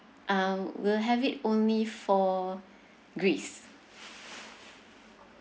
um we'll have it only for greece